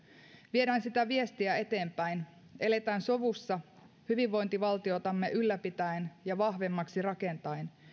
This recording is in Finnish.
viedään sitä viestiä eteenpäin eletään sovussa hyvinvointivaltiotamme ylläpitäen ja vahvemmaksi rakentaen